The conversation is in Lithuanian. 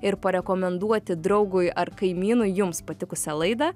ir parekomenduoti draugui ar kaimynui jums patikusią laidą